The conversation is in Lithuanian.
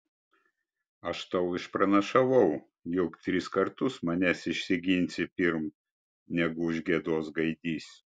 aš tau išpranašavau jog tris kartus manęs išsiginsi pirm negu užgiedos gaidys